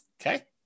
Okay